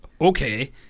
okay